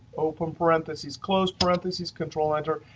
open parentheses, close parentheses, control enter,